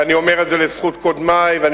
ואני אומר את זה לזכות קודמי ואני